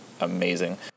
amazing